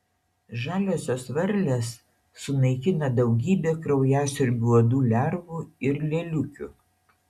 žaliosios varlės sunaikina daugybę kraujasiurbių uodų lervų ir lėliukių